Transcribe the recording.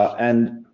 and,